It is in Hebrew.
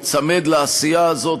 ניצמד לעשייה הזאת,